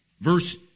verse